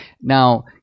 Now